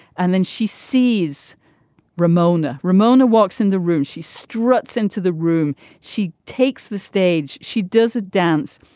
and then she sees ramona. ramona walks in the room she struts into the room. she takes the stage. she does a dance.